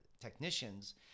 technicians